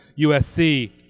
usc